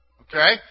Okay